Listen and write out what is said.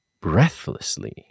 breathlessly